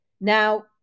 Now